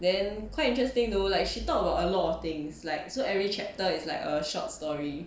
then quite interesting though like she talk about a lot of things like so every chapter is like a short story